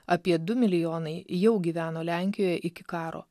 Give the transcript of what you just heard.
apie du milijonai jau gyveno lenkijoje iki karo